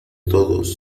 todos